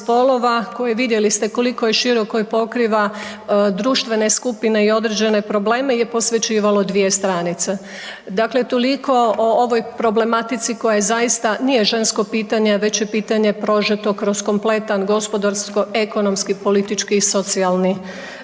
koji, vidjeli ste koliko je široko i pokriva društvene skupine i određene probleme je posvećivalo dvije stranice. Dakle, ovoliko o ovoj problematici koja je zaista nije žensko pitanje već je pitanje prožeto kroz kompletan gospodarsko ekonomski politički i socijalni